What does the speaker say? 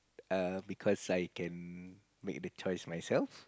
err because I can make the choice myself